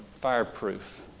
Fireproof